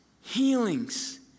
healings